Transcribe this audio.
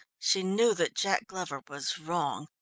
she knew that jack glover was wrong,